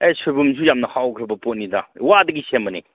ꯑꯦ ꯁꯣꯏꯕꯨꯝꯁꯨ ꯌꯥꯝꯅ ꯍꯥꯎꯈ꯭ꯔꯕ ꯄꯣꯠꯅꯤꯗ ꯋꯥꯗꯒꯤ ꯁꯦꯝꯕꯅꯤ